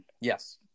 yes